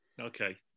okay